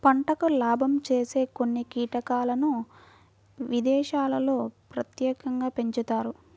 పంటకు లాభం చేసే కొన్ని కీటకాలను విదేశాల్లో ప్రత్యేకంగా పెంచుతారు